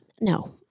No